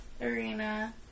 Arena